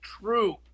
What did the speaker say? true